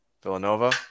Villanova